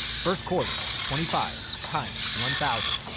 first quarter, twenty five times one thousand.